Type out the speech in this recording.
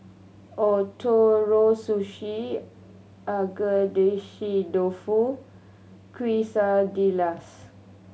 Ootoro Sushi Agedashi Dofu Quesadillas